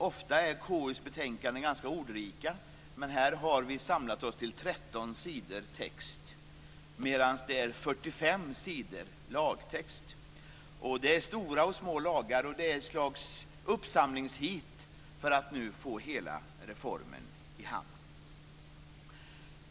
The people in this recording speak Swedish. Ofta är KU:s betänkanden ganska ordrika, men vi har här samlat oss bakom 13 sidor text medan lagtexten omfattar 45 sidor. Det är både stora och små lagar, i ett slags uppsamlingsheat för att nu få hela reformen i hamn.